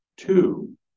Two